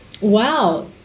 Wow